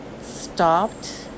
stopped